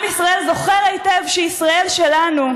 עם ישראל זוכר היטב שישראל שלנו,